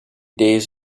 days